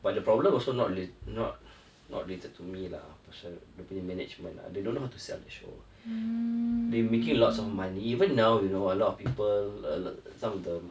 but the problem also not re~ not not related to me lah pasal dia punya management lah they don't know how to sell the show they making lots of money even now you know a lot of people uh some of the